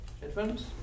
Headphones